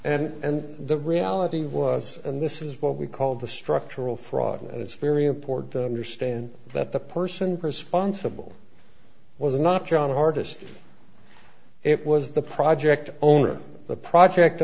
and and the reality was and this is what we call the structural fraud and it's very important to understand that the person responsible was not john harvest it was the project owner the project